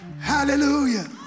Hallelujah